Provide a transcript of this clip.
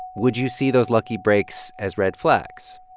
would you see those lucky breaks as red flags?